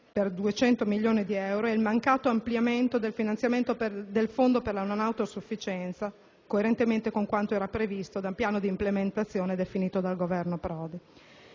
per 200 milioni di euro, e il mancato ampliamento del finanziamento del Fondo per la non autosufficienza, coerentemente con quanto previsto dal piano di implementazione definito dal Governo Prodi?